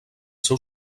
seu